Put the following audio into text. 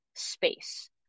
space